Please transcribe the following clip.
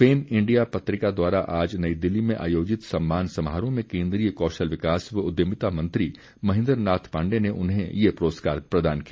fame India पत्रिका द्वारा आज नई दिल्ली में आयोजित सम्मान समारोह में केन्द्रीय कौशल विकास व उद्यमिता मंत्री महेन्द्र नाथ पांडे ने उन्हें ये पुरस्कार प्रदान किया